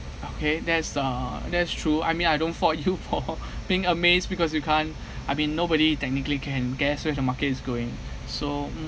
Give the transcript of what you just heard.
okay that's uh that's true I mean I don't for you for being amazed because you can't I mean nobody technically can guess where the market is going so mm